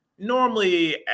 Normally